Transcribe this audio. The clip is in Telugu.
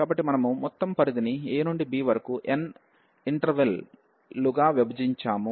కాబట్టి మనము మొత్తం పరిధిని a నుండి b వరకు n ఇంటర్వెల్ లుగా విభజించాము